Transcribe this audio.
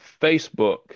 Facebook